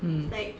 um